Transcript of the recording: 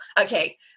okay